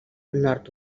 nord